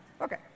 Okay